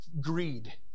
greed